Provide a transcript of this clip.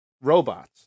robots